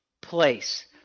place